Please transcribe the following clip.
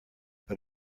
but